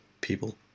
people